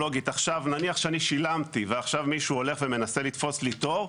נניח שאני שילמתי ועכשיו מישהו הולך ומנסה לתפוס לי תור,